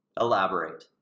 Elaborate